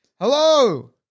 Hello